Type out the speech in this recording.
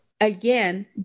again